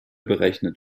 berechnet